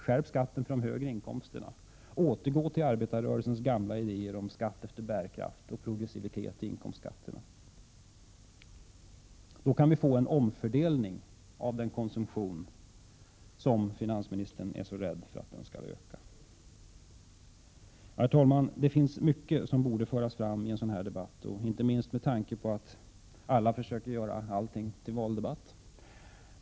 Skärp skatten för de högre inkomsterna. Återgå till arbetarrörelsens gamla idéer om skatt efter bärkraft och progressivitet i inkomstskatterna. Då kan vi få en omfördelning av den konsumtion som finansministern är så rädd skall öka. Herr talman! Det finns mycket som borde föras fram i en sådan här debatt, inte minst med tanke på att alla försöker göra allting till valdebatt.